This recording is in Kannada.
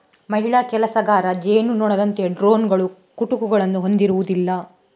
ಮಹಿಳಾ ಕೆಲಸಗಾರ ಜೇನುನೊಣದಂತೆ ಡ್ರೋನುಗಳು ಕುಟುಕುಗಳನ್ನು ಹೊಂದಿರುವುದಿಲ್ಲ